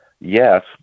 Yes